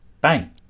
Bang